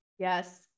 Yes